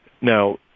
now